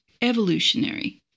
evolutionary